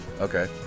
okay